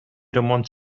ремонт